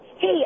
Hey